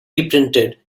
reprinted